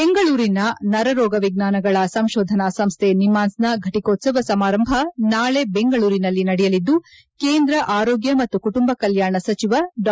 ಬೆಂಗಳೂರಿನ ನರರೋಗ ವಿಜ್ವಾನಗಳ ಸಂಶೋಧನಾ ಸಂಸ್ಥೆ ನಿಮ್ಟಾನ್ಸ್ನ ಘಟಿಕೋತ್ಸವ ಸಮಾರಂಭ ನಾಳೆ ಬೆಂಗಳೂರಿನಲ್ಲಿ ನಡೆಯಲಿದ್ದು ಕೇಂದ್ರ ಆರೋಗ್ಯ ಮತ್ತು ಕುಟುಂಬ ಕಲ್ಲಾಣ ಸಚಿವ ಡಾ